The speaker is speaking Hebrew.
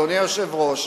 אדוני היושב-ראש,